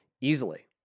easily